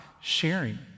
sharing